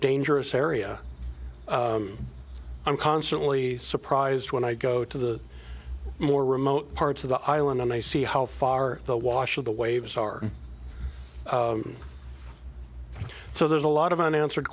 dangerous area i'm constantly surprised when i go to the more remote parts of the island and i see how far the wash of the waves are so there's a lot of unanswered